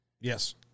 Yes